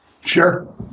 Sure